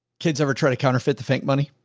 kids ever try to counterfeit the fake money.